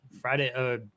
Friday